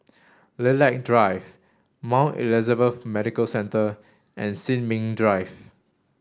Lilac Drive Mount Elizabeth Medical Centre and Sin Ming Drive